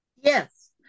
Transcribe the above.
Yes